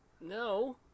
No